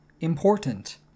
important